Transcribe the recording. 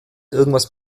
irgendwas